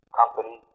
company